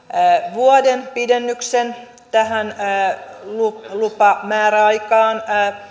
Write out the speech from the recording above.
vuoden pidennyksen tähän lupamääräaikaan